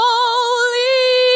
Holy